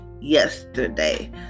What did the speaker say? yesterday